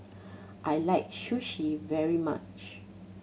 I like Sushi very much